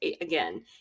again